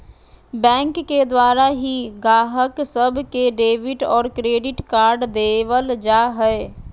bank के द्वारा ही गाहक सब के डेबिट और क्रेडिट कार्ड देवल जा हय